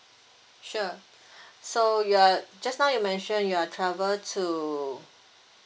sure so you are just now you mentioned you are travel to